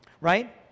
Right